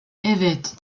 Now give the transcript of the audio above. evet